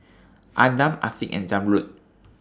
Adam Afiq and Zamrud